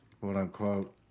quote-unquote